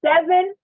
seven